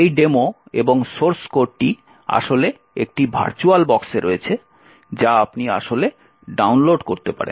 এই ডেমো এবং সোর্স কোডটি আসলে একটি ভার্চুয়ালবক্সে রয়েছে যা আপনি আসলে ডাউনলোড করতে পারেন